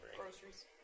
Groceries